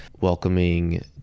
welcoming